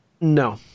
no